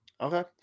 Okay